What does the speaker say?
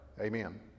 Amen